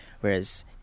Whereas